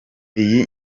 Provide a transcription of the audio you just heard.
iyi